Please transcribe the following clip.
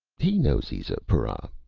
he knows he's a para.